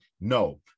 No